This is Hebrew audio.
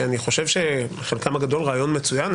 אני חושב שחלקם הגדול זה רעיון מצוין,